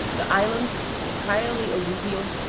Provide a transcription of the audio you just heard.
the islands, entirely alluvial,